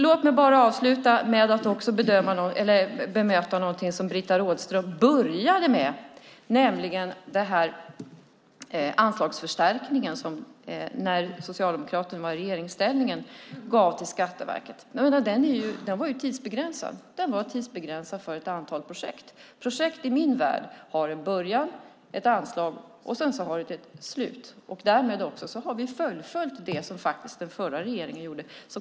Låt mig avsluta med att bemöta något som Britta Rådström började med, nämligen den anslagsförstärkning som Socialdemokraterna gav till Skatteverket när de satt i regeringsställning. Den var ju tidsbegränsad för ett antal projekt. I min värld har projekt en början, ett anslag och ett slut. Därmed har vi också fullföljt det som den förra regeringen gjorde.